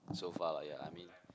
so far but yeah lah I mean